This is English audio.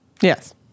yes